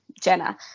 Jenna